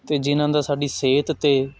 ਅਤੇ ਜਿਨ੍ਹਾਂ ਦਾ ਸਾਡੀ ਸਿਹਤ 'ਤੇ